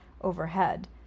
overhead